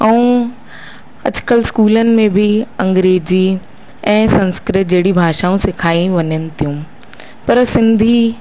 ऐं अॼकल्ह स्कूलनि में बि अंग्रेजी ऐं संस्कृत जहिड़ी भाषाऊं सेखाई वञनि थियूं पर सिंधी